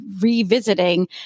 revisiting